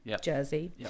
jersey